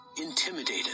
intimidated